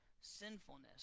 sinfulness